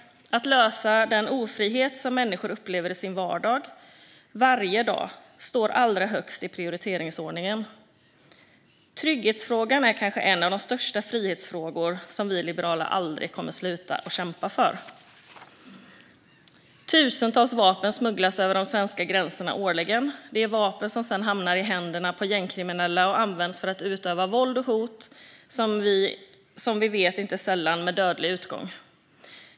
Att lösa den ofrihet som människor upplever i sin vardag, varje dag, står allra högst i prioriteringsordningen. Trygghetsfrågan är kanske en av de största frihetsfrågor som vi liberaler aldrig kommer att sluta kämpa för. Tusentals vapen smugglas över de svenska gränserna årligen. Det är vapen som sedan hamnar i händerna på gängkriminella och används för att utöva våld och hot - som vi vet inte sällan med dödlig utgång.